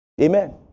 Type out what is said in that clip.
Amen